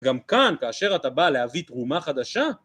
גם כאן, כאשר אתה בא להביא תרומה חדשה.